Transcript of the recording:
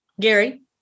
Gary